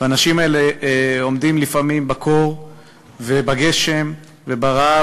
והאנשים האלה עומדים לפעמים בקור ובגשם וברעב.